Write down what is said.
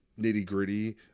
nitty-gritty